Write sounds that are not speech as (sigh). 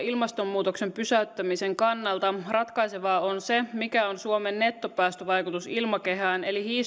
(unintelligible) ilmastonmuutoksen pysäyttämisen kannalta ratkaisevaa on se mikä on suomen nettopäästövaikutus ilmakehään eli